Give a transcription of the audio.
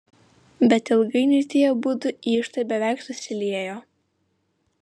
bet ilgainiui tie abudu iždai beveik susiliejo